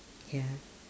ya